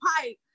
pipe